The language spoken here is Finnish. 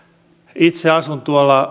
itse asun